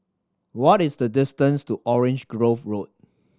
what is the distance to Orange Grove Road